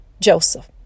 Joseph